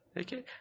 Okay